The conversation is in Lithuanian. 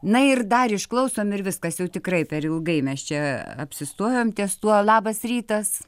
na ir dar išklausom ir viskas jau tikrai per ilgai mes čia apsistojom ties tuo labas rytas